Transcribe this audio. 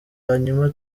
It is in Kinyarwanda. hanyuma